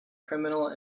criminal